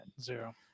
Zero